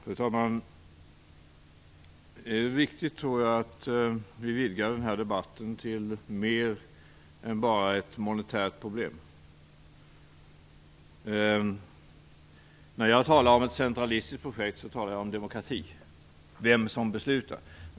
Fru talman! Det är viktigt att vi vidgar denna debatt till att handla om mer än ett monetärt problem. När jag talar om ett centralistiskt projekt talar jag om demokrati - vem som beslutar.